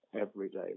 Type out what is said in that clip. everyday